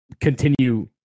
continue